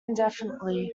indefinitely